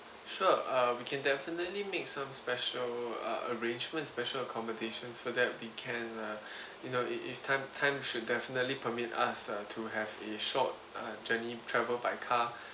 sure err we can definitely make some special uh arrangements special accommodations for that we can uh you know it is time time should definitely permit us uh to have a short uh journey travel by car